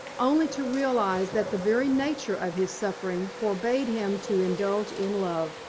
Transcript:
only to realise that the very nature of his suffering forbade him to indulge in love.